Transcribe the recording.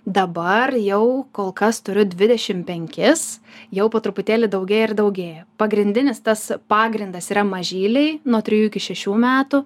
dabar jau kol kas turiu dvidešim penkis jau po truputėlį daugėja ir daugėja pagrindinis tas pagrindas yra mažyliai nuo trejų iki šešių metų